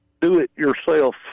do-it-yourself